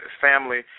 family